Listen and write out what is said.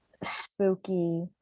spooky